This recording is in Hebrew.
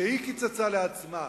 שהיא קיצצה לעצמה,